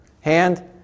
hand